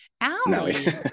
Allie